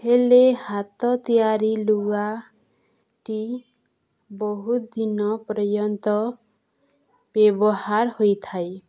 ହେଲେ ହାତ ତିଆରି ଲୁଗାଟି ବହୁତ ଦିନ ପର୍ଯ୍ୟନ୍ତ ବ୍ୟବହାର ହୋଇଥାଏ